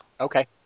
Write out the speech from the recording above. Okay